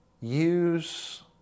use